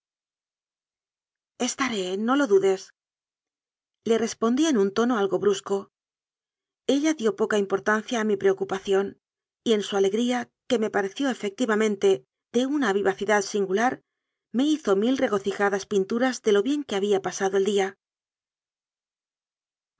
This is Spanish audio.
estaré no lo dudes le respondí en un tono algo brusco ella dió poca importancia a mi pre ocupación y en su alegría que me pareció efec tivamente de una vivacidad singular me hizo mil regocijadas pinturas de lo bien que había pasado el día